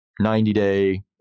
90-day